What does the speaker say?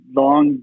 long